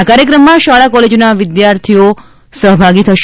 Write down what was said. આ કાર્યક્રમમાં શાળા કોલેજોના વિદ્યાર્થીએ સહભાગી થશે